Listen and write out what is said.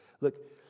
Look